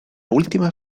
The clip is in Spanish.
última